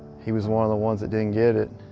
he was one of the ones that didn't get it.